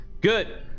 good